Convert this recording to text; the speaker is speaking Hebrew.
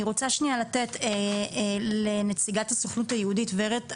אני רוצה לתת לנציגת הסוכנות היהודית ורד אחיהון.